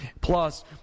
Plus